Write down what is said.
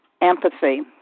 empathy